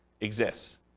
exists